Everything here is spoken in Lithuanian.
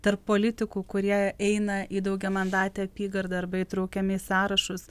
tarp politikų kurie eina į daugiamandatę apygardą arba įtraukiami į sąrašus